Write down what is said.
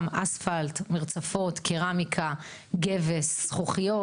גם אספלט, מרצפות, קרמיקה, גבס, זכוכיות.